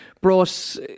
brought